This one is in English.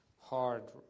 hard